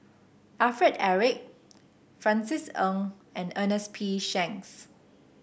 Alfred Eric Francis Ng and Ernest P Shanks